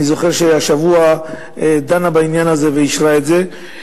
אני זוכר שהשבוע היא דנה בעניין הזה ואישרה אותו.